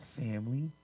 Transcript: family